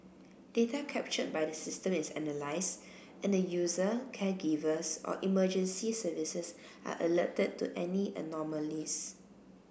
data captured by the system is analyse and the user caregivers or emergency services are alerted to any anomalies